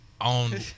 on